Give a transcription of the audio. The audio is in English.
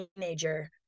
teenager